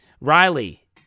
Riley